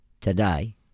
today